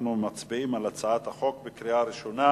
שאנחנו מצביעים על הצעת החוק בקריאה ראשונה.